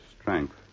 strength